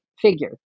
figure